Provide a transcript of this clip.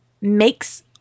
makes